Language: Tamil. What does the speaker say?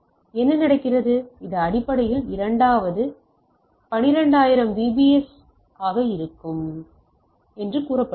என்ன நடக்கிறது இது அடிப்படையில் 2 இது 12000 பிபிஎஸ் ஆக இருக்க வேண்டும் என்று கூறுகிறது